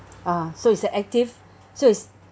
ah so it's an active so it's